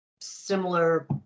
similar